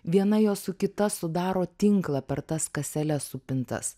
viena jos su kita sudaro tinklą per tas kaseles supintas